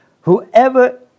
Whoever